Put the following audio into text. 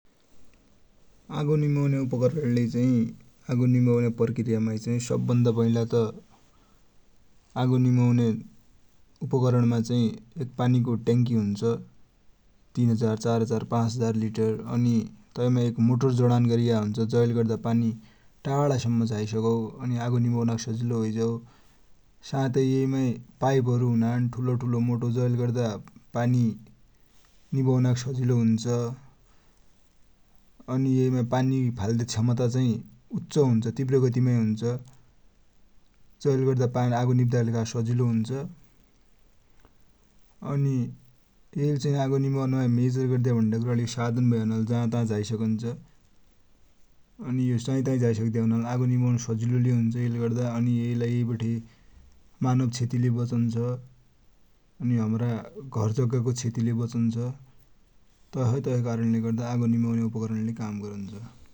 आगो निमौन्या उपकरण ले चाइ आगो निमौन्या प्रक्रिया माइ चाइ सब भन्दा पहिला त आगो निमौन्या उपकरण माइ पानि को ट्याङ्कि हुन्छ, तीन हजार, चार हजार, पाँच हजार लिटर अनि तै माइ एक मोटोर जडान गरिएको हुन्छ जैले गर्दा पानि टाढा सम्म झाइसकौ अनि आगो निमौनाकि सजिलो भैझउ। साथै यै माइ पाइप हरु हुनान ठुलो ठूलो मोटो जै ले गर्दा आगो निभौनाकि सजिलो हुन्छ। अनि यै माइ पानि फाल्दया क्षमता चाइ उच्च हुन्छ्, तिब्र गति माइ हुन्छ जै ले गर्दा आगो निभ्दा कि सजिलो हुन्छ। यैले चाइ आगो निभौनामाइ मेजर गर्ने भनेकोचाइ साधन भएका ले गर्दा जा ता झाइ सकन्छ। अनि जा ता झाइ सक्दे हुनाले आगो निभौनाकि सजिलोले हुन्छ, यै बठे मानव क्षेति ले बचन्छ, अनि हमरा घर जग्गा को क्षेति ले बचन्छ। तसै तसै कारण ले गर्दा आगो निभउने उपकरण ले काम गरन्छ।